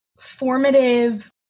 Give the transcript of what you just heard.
formative